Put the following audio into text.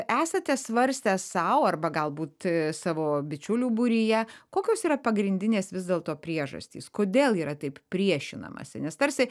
esate svarstę sau arba galbūt savo bičiulių būryje kokios yra pagrindinės vis dėlto priežastys kodėl yra taip priešinamasi nes tarsi